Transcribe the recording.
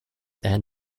and